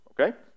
okay